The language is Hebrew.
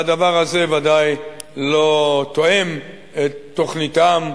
והדבר הזה ודאי לא תואם את תוכניתם,